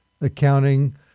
accounting